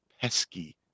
pesky